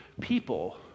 people